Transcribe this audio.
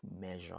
measure